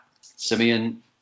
Simeon